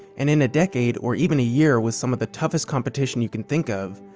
and in a decade or even a year with some of the toughest competition you can think of,